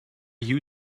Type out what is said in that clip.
you